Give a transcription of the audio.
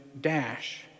dash